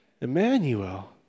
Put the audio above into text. Emmanuel